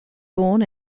born